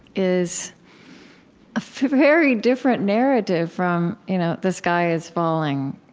is a very different narrative from you know the sky is falling,